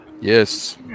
Yes